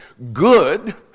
good